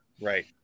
Right